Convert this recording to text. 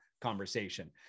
conversation